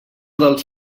dels